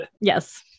Yes